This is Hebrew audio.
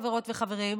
חברות וחברים,